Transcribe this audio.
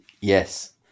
Yes